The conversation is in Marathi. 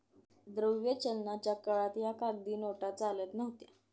द्रव्य चलनाच्या काळात या कागदी नोटा चालत नव्हत्या